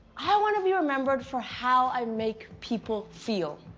i want to be remembered for how i make people feel.